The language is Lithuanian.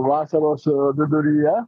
vasaros viduryje